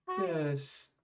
Yes